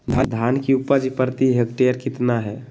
धान की उपज प्रति हेक्टेयर कितना है?